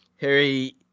Harry